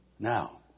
Now